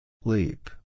Leap